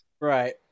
Right